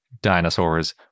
dinosaurs